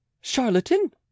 charlatan